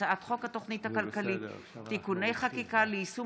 הצעת חוק התוכנית הכלכלית (תיקוני חקיקה ליישום